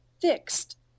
fixed